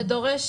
זה דורש